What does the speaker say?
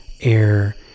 air